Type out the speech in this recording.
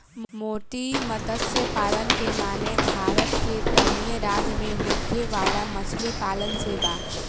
मोती मतस्य पालन के माने भारत के तटीय राज्य में होखे वाला मछली पालन से बा